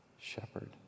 shepherd